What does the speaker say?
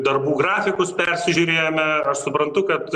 darbų grafikus persižiūrėjome suprantu kad